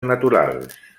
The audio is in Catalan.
naturals